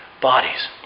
bodies